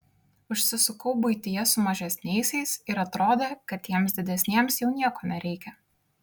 užsisukau buityje su mažesniaisiais ir atrodė kad tiems didesniems jau nieko nereikia